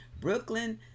Brooklyn